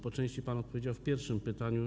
Po części pan odpowiedział w pierwszym pytaniu.